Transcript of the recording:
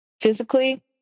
physically